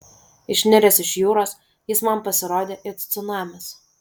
išniręs iš jūros jis man pasirodė it cunamis